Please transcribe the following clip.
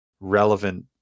relevant